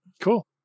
Cool